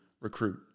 recruit